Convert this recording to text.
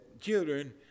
children